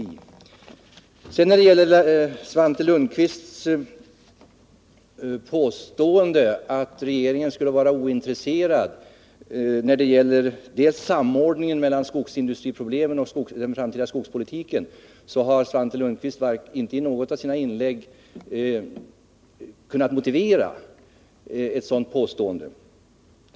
Svante Lundkvist har inte i något av sina inlägg kunnat motivera sitt påstående att regeringen även skulle vara ointresserad av samordningen mellan skogsindustriproblemen och den framtida skogspolitiken.